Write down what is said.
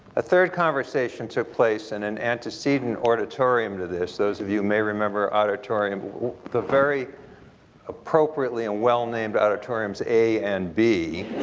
a third conversation took place in and an antecedent auditorium to this, those of you may remember auditorium the very appropriately and well named auditoriums a and b